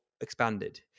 expanded